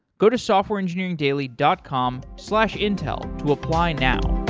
go to softwareengineeringdaily dot com slash intel to apply now.